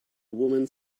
woman